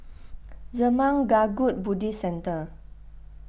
Zurmang Kagyud Buddhist Centre